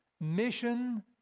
mission